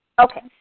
Okay